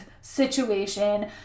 situation